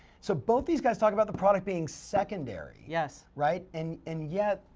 so both these guys talk about the product being secondary. yes. right? and and yet,